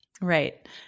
Right